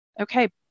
okay